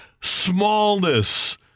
smallness